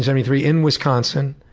seventy three, in wisconsin.